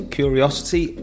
curiosity